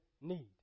need